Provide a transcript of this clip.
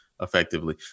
effectively